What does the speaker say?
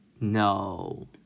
No